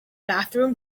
bathroom